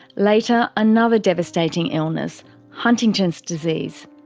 later, another devastating illness huntington's disease,